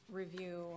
review